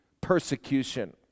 persecution